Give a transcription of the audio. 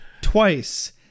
twice